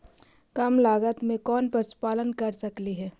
कम लागत में कौन पशुपालन कर सकली हे?